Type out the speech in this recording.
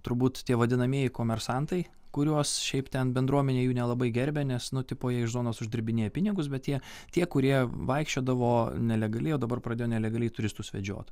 turbūt tie vadinamieji komersantai kuriuos šiaip ten bendruomenė jų nelabai gerbia nes nu tipo jie iš zonos uždirbinėja pinigus bet jie tie kurie vaikščiodavo nelegaliai o dabar pradėjo nelegaliai turistus vedžiot